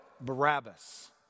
Barabbas